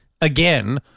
again